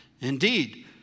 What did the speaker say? Indeed